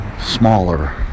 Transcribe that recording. smaller